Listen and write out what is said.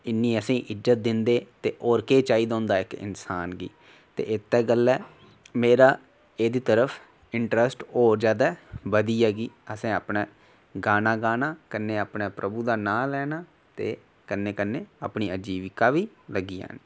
इन्नी असेंगी इज्जत दिंदे ते होर केह् चाहिदा होंदा इन्सान गी ते इत्ते गल्ला मेरा एह्दी तरफ इंटरस्ट होर जादै बधी गेआ कि असें अपने गाना गाना ते कन्नै प्रभु दा नांऽ लैना ते कन्नै कन्नै अपनी आजीविका बी लग्गी जानी